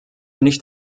nicht